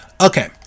Okay